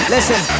Listen